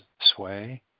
sway